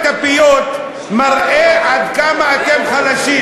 מודל סתימת הפיות מראה עד כמה אתם חלשים,